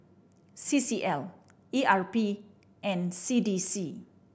C C L E R P and C D C